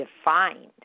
defined